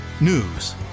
News